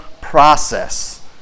process